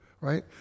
right